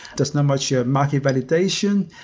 there's not much yeah market penetration.